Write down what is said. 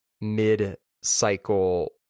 mid-cycle